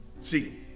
See